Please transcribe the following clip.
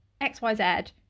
XYZ